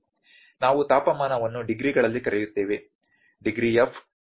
ನಾವು ತಾಪಮಾನವನ್ನು ಡಿಗ್ರಿಗಳಲ್ಲಿ ಕರೆಯುತ್ತೇವೆ ℉℃